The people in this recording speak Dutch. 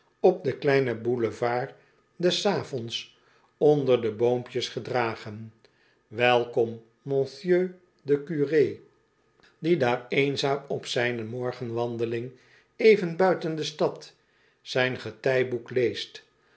op den kiemen boulevard des avonds onder de boompjes gedragen welkom monsieur de curè die daar eenzaam op zijne morgenwandeling even buiten de stad zijn g etijboek leest